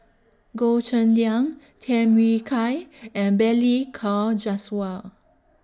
Goh Cheng Liang Tham Yui Kai and Balli Kaur Jaswal